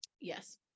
yes